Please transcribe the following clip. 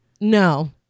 No